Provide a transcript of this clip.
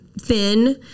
thin